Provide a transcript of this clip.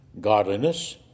godliness